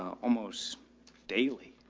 almost daily.